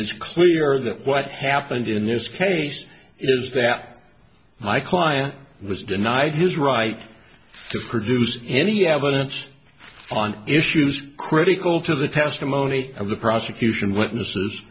that what happened in this case is that my client was denied his right to produce any evidence on issues critical to the testimony of the prosecution witnesses